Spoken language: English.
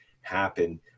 happen